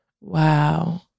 Wow